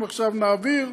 זה לא אומר שאם עכשיו נעביר,